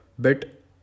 bit